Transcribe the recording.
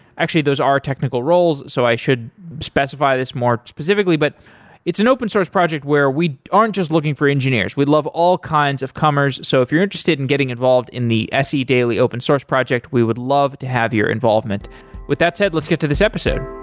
actually, those are technical roles so i should specify this more specifically, but it's an open source project where we aren't just looking for engineers, we'd love all kinds of commerce. so if you're interested in getting involved in the se daily open source project, we would love to have your involvement with that said, let's get to this episode